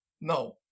No